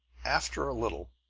after a little,